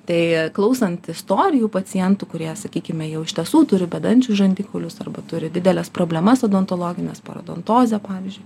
tai klausant istorijų pacientų kurie sakykime jau iš tiesų turi bedančius žandikaulius arba turi dideles problemas odontologines parodontozę pavyzdžiui